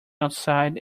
outside